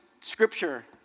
scripture